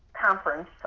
conference